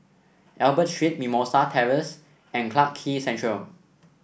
Albert Street Mimosa Terrace and Clarke Quay Central